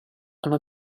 hanno